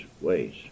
ways